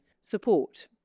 support